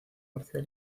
garcía